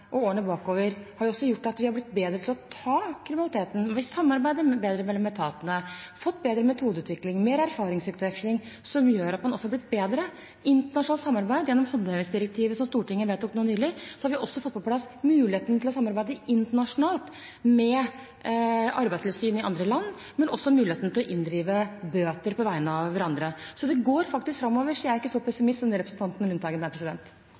årene og årene bakover, også har gjort at vi er blitt bedre til å «ta» kriminaliteten. Samarbeidet er bedre mellom etatene, vi har fått bedre metodeutvikling og mer erfaringsutveksling, som gjør at man også har blitt bedre. Når det gjelder internasjonalt samarbeid, har vi gjennom håndhevingsdirektivet som Stortinget vedtok nå nylig, også fått på plass muligheten til å samarbeide internasjonalt med arbeidstilsyn i andre land, men også muligheten til å inndrive bøter på vegne av hverandre. Det går faktisk framover, så jeg er ikke så